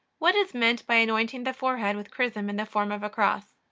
what is meant by anointing the forehead with chrism in the form of a cross?